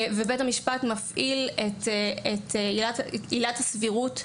ושבית המשפט מפעיל את עילת הסבירות.